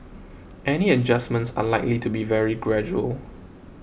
any adjustments are likely to be very gradual